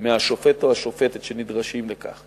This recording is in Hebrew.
מהשופט או השופטת שנדרשים לכך.